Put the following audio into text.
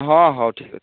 ହଁ ହେଉ ଠିକ୍ ଅଛି